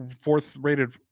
fourth-rated